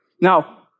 Now